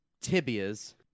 tibias